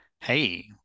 Hey